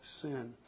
sin